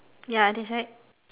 ya that is right